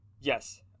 yes